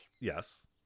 Yes